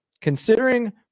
Considering